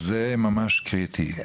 זה ממש קריטי,